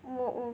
我我